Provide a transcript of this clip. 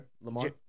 Lamar